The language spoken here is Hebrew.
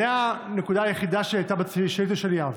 זאת הנקודה היחידה שהייתה בשאילתה שלי ושל יואב.